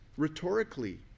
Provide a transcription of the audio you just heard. Rhetorically